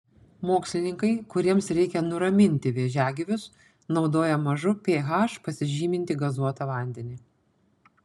mokslininkai kuriems reikia nuraminti vėžiagyvius naudoja mažu ph pasižymintį gazuotą vandenį